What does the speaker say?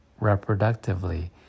reproductively